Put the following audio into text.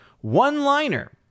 one-liner